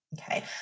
Okay